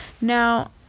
Now